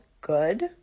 good